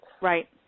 Right